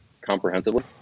comprehensively